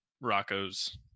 rocco's